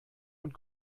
und